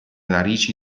narici